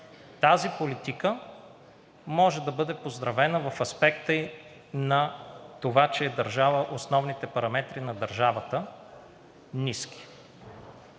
Тази политика може да бъде поздравена в аспекта ѝ на това, че е държала основните параметри на държавата ниски.